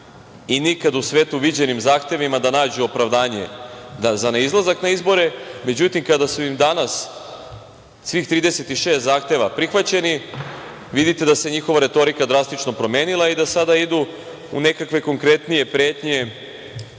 i nikad u svetu viđenim zahtevima da nađu opravdanje za neizlazak na izbore. Međutim, kada su im danas svih 36 zahteva prihvaćeni, vidite da se njihova retorika drastično promenila i da sada idu u nekakve konkretnije pretnje